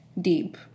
deep